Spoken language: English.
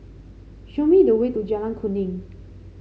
show me the way to Jalan Kuning